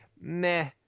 meh